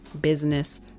business